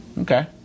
Okay